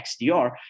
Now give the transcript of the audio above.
XDR